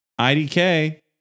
IDK